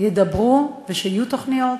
ידברו ויהיו תוכניות,